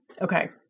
Okay